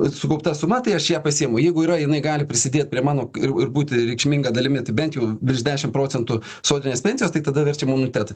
sukaupta suma tai aš ją pasiimu jeigu yra jinai gali prisidėt prie mano ir ir būt reikšminga dalimi tai bent jau virš dešim procentų sodrinės pensijos tai tada verčiam anuitetu